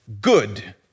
Good